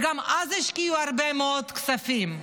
וגם אז השקיעו הרבה מאוד כספים,